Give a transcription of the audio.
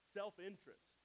self-interest